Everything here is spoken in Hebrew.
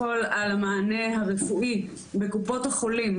המענה הרפואי בקופות החולים,